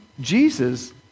Jesus